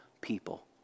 people